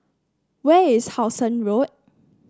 where is How Sun Road